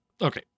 Okay